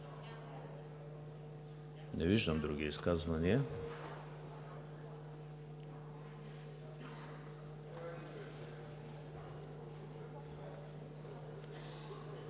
Не виждам други изказвания.